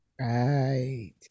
Right